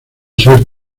ser